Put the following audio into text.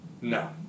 No